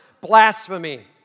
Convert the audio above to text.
Blasphemy